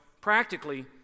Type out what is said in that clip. practically